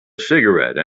cigarette